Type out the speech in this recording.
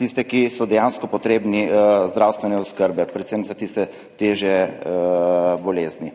tiste, ki so dejansko potrebni zdravstvene oskrbe, predvsem za tiste težje bolezni.